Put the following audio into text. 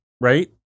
right